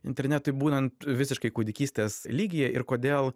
internetui būnant visiškai kūdikystės lygyje ir kodėl